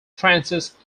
frances